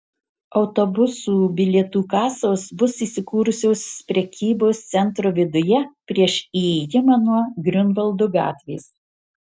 autobusų bilietų kasos bus įsikūrusios prekybos centro viduje prieš įėjimą nuo griunvaldo gatvės